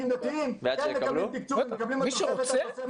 מי שרוצה?